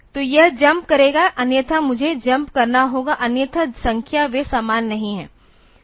तो यह जम्प करेगा अन्यथा मुझे जम्प करना होगा अन्यथा संख्या वे सामान नहीं हैं